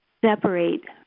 separate